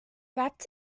wrapped